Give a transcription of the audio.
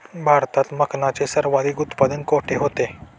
भारतात मखनाचे सर्वाधिक उत्पादन कोठे होते?